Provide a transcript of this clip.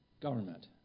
government